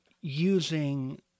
using